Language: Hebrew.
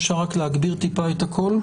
אני